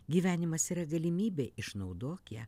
gyvenimas yra galimybė išnaudok ją